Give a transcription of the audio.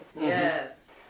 Yes